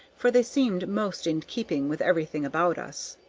for they seemed most in keeping with everything about us.